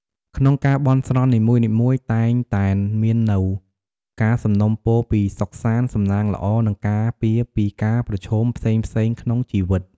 ក្នុងការ បន់ស្រន់នីមួយៗ តែងតែមាននូវ ការសំណូមពរ ពី សុខសាន្ត សំណាងល្អ និង ការពារពីការប្រឈមផ្សេងៗ ក្នុងជីវិត។